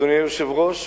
אדוני היושב-ראש,